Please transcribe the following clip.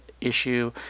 issue